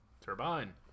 Turbine